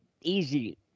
easy